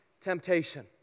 temptation